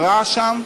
הרעש שם?